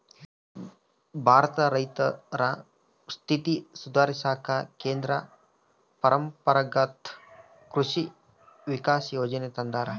ಭಾರತದ ರೈತರ ಸ್ಥಿತಿ ಸುಧಾರಿಸಾಕ ಕೇಂದ್ರ ಪರಂಪರಾಗತ್ ಕೃಷಿ ವಿಕಾಸ ಯೋಜನೆ ತಂದಾರ